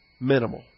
minimal